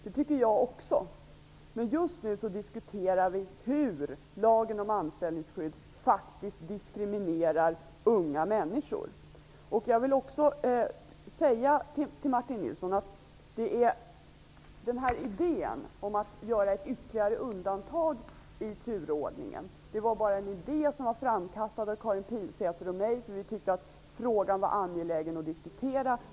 Det tycker jag också. Men just nu diskuterar vi hur lagen om anställningsskydd faktiskt diskriminerar unga människor. Jag vill också säga till Martin Nilsson att idéen om att göra ett ytterligare undantag i turordningen var bara framkastad av Karin Pilsäter och mig, eftersom vi tyckte att frågan var angelägen att diskutera.